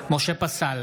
משה פסל,